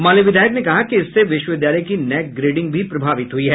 माले विधायक ने कहा कि इससे विश्वविद्लय की नैक ग्रेडिंग भी प्रभावित हुई है